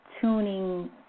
tuning